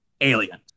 Alien